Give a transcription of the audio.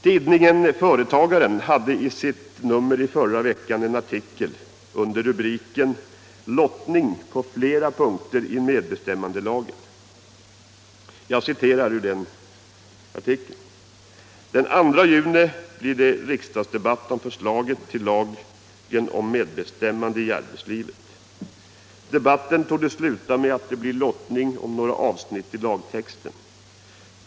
Tidningen Företagaren hade i sitt nummer i förra veckan en artikel under rubriken Lottning på flera punkter i medbestämmandelagen. Jag citerar ur den artikeln: ”Den 2 juni blir det riksdagsdebatt om förslaget till lagen om medbestämmande i arbetslivet. Debatten torde sluta med att det blir lottning om några avsnitt i lagtexten.